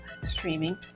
streaming